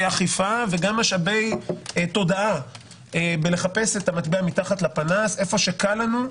אכיפה וגם משאבי תודעה בחיפוש המטבע מתחת לפנס איפה שקל לנו.